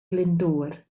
glyndŵr